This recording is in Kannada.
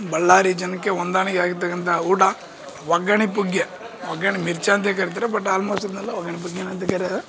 ಬಳ್ಳಾರಿ ಜನಕ್ಕೆ ಹೊಂದಾಣಿಕೆ ಆಗಿರ್ತಕ್ಕಂಥ ಊಟ ಒಗ್ಗರಣೆ ಪುಗ್ಗಿ ಒಗ್ಗರಣೆ ಮಿರ್ಚಿ ಅಂತೇ ಕರೀತಾರೆ ಬಟ್ ಆಲ್ಮೋಸ್ಟ್ ಇದ್ನೆಲ್ಲ ಒಗ್ಗರಣೆ ಪುಗ್ಗಿನೇ ಅಂತ ಕರ್ಯರ